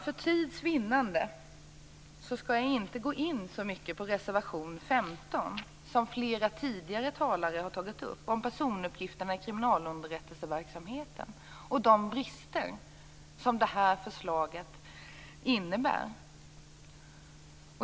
För tids vinnande skall jag inte gå in så mycket på reservation 15, som flera talare tidigare har tagit upp. I den reservationen tas personuppgifterna i kriminalunderrättelseverksamheten upp och de brister som detta förslag innebär.